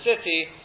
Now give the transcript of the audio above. city